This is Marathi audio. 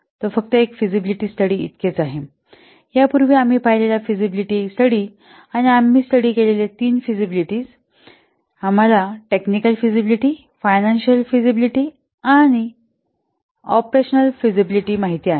तो फक्त एक फिजिबिलिटी स्टडी इतकेच आहे यापूर्वी आम्ही पाहिलेला फिजिबिलिटी अभ्यास आणि आम्ही स्टडी केलेले तीन फिजिबिलिटी आम्हाला टेक्निकल फिजिबिलिटी फायनान्शियल फिजिबिलिटी आणि ऑपेरेशनल फिजिबिलिटी माहिती आहे